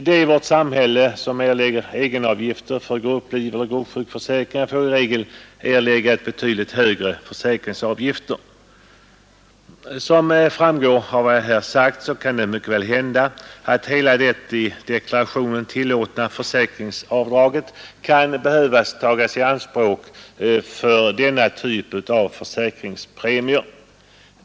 De i vårt samhälle som erlägger egenavgifter för grupplivoch gruppsjukförsäkringar får i regel erlägga betydligt högre försäkringsavgifter. Som framgår av vad jag nu sagt kan det mycket väl hända att hela det i deklarationen tillåtna försäkringsavdraget kan behöva tagas i anspråk för denna typ av försäkringspremier.